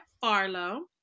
Farlow